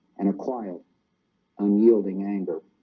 and a quiet unyielding anger